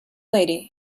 lady